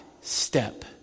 step